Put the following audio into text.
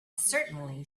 certainly